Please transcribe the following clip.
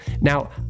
Now